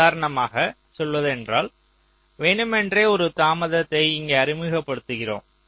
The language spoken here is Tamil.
உதாரணமாக சொல்வதென்றால் வேண்டுமென்றே ஒரு தாமதத்தை இங்கே அறிமுகப்படுத்துகிறோம்